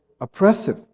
oppressive